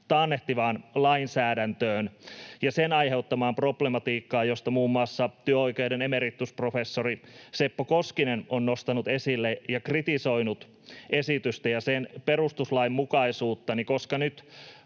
taannehtivaan lainsäädäntöön ja sen aiheuttamaan problematiikkaan, jota muun muassa työoikeuden emeritusprofessori Seppo Koskinen on nostanut esille ja on kritisoinut esitystä ja sen perustuslainmukaisuutta. Koska nyt